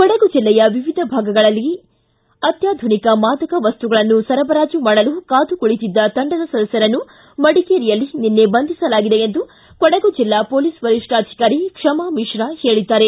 ಕೊಡಗು ಜಿಲ್ಲೆಯ ವಿವಿಧ ಭಾಗಗಳಗೆ ಅತ್ವಾಧುನಿಕ ಮಾದಕ ವಸ್ತುಗಳನ್ನು ಸರಬರಾಜು ಮಾಡಲು ಕಾದು ಕುಳಿತಿದ್ದ ತಂಡದ ಸದಸ್ಯರನ್ನು ಮಡಿಕೇರಿಯಲ್ಲಿ ನಿನ್ನೆ ಬಂಧಿಸಲಾಗಿದೆ ಎಂದು ಕೊಡಗು ಜಿಲ್ಲಾ ಪೊಲೀಸ್ ವರಿಷ್ಠಾಧಿಕಾರಿ ಕ್ಷಮಾ ಮಿಶ್ರಾ ತಿಳಿಸಿದ್ದಾರೆ